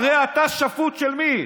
הרי אתה שפוט של מי?